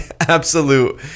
absolute